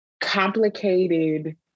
complicated